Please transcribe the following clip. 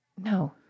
No